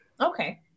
Okay